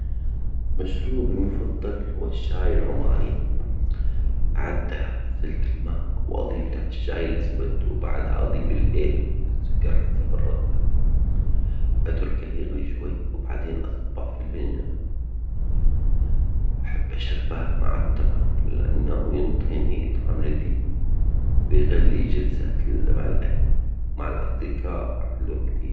مشروبي المفظل هو الشاي العماني، أعده تلجيمة وأضيف له الشاي الأسود وبعدها أضيف الهيل والسكر حسب الرغبة، أتركه يغلي شوي و بعدين أصبه في الفنجان، أحب أشربه مع التمر لأنه ينطيني طعم لذيذ ويخلي جلسات المع الأهل مع الأصدجاء حلوة كتير.